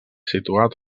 situat